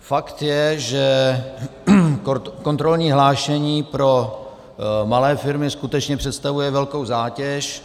Fakt je, že kontrolní hlášení pro malé firmy skutečně představuje velkou zátěž.